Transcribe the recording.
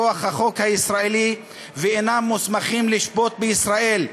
מכוח החוק הישראלי ואינם מוסמכים לשפוט בישראל.